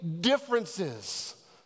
differences